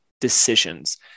decisions